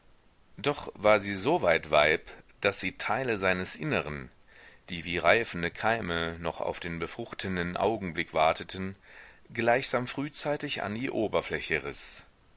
doch war sie soweit weib daß sie teile seines inneren die wie reifende keime noch auf den befruchtenden augenblick warteten gleichsam frühzeitig an die oberfläche